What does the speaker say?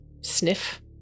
sniff